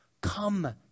Come